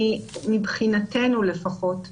אני רק אתקן גם עוד דבר,